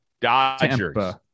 Dodgers